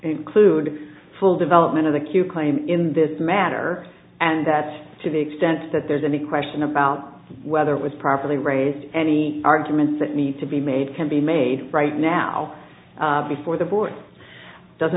include full development of the q claim in this matter and that to the extent that there's any question about whether it was properly raise any arguments that need to be made can be made right now before the board does